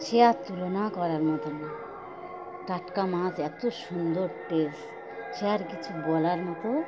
সে আর তুলনা করার মতো না টাটকা মাছ এত সুন্দর টেস্ট সে আর কিছু বলার মতো